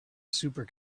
super